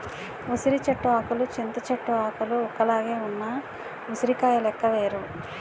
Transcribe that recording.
ఉసిరి చెట్టు ఆకులు చింత చెట్టు ఆకులు ఒక్కలాగే ఉన్న ఉసిరికాయ లెక్క వేరు